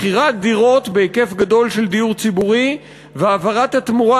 מכירת דירות בהיקף גדול של דיור ציבורי והעברת התמורה